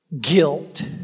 guilt